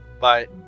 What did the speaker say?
Bye